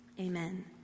Amen